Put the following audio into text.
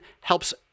helps